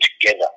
together